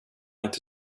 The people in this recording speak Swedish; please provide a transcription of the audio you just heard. inte